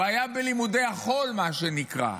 הוא היה בלימודי החול, מה שנקרא.